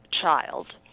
child